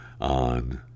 on